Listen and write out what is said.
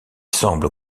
semble